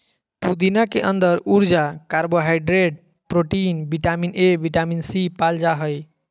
पुदीना के अंदर ऊर्जा, carbohydrate, protein, vitamin A, vitamin C, पाल जा हइ